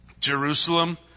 Jerusalem